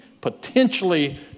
potentially